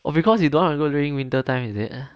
oh because you don't want to go during winter time is it